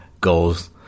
goals